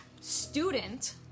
student